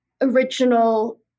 original